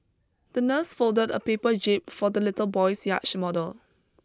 the nurse folded a paper jib for the little boy's yacht model